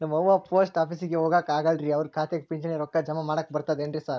ನಮ್ ಅವ್ವ ಪೋಸ್ಟ್ ಆಫೇಸಿಗೆ ಹೋಗಾಕ ಆಗಲ್ರಿ ಅವ್ರ್ ಖಾತೆಗೆ ಪಿಂಚಣಿ ರೊಕ್ಕ ಜಮಾ ಮಾಡಾಕ ಬರ್ತಾದೇನ್ರಿ ಸಾರ್?